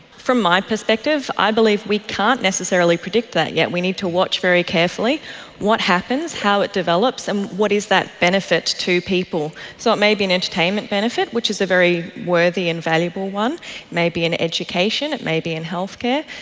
from my perspective i believe we can't necessarily predict that yet. we need to watch very carefully what happens, how it develops, and what is that benefit to people. so it may be an entertainment benefit, which is a very worthy and valuable one. it may be in education, it may be in healthcare.